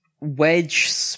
wedge